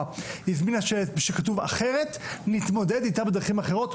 הזמינה שלט שכתוב אחרת נתמודד איתה בדרכים אחרות,